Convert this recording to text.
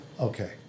Okay